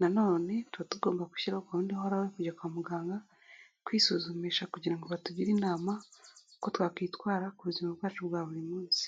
nanone tuba tugomba gushyiraraho gahunda ihoraho kujya kwa muganga kwisuzumisha kugira ngo batugire inama uko twakwitwara ku buzima bwacu bwa buri munsi.